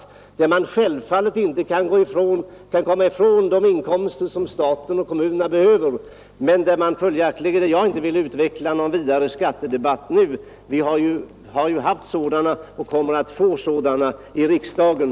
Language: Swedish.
I en sådan kan man självfallet inte komma ifrån statens och kommunernas inkomstbehov, men det kan knappast vara lämpligt att i detta sammanhang utveckla en skattedebatt. Vi har haft och kommer att få sådana debatter här i riksdagen.